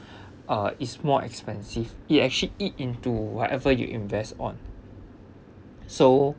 uh is more expensive it actually eat into whatever you invest on so